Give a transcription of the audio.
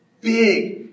big